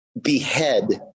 behead